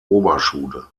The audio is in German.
oberschule